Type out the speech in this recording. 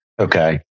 Okay